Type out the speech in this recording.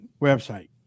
website